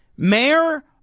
Mayor